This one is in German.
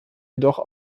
jedoch